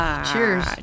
Cheers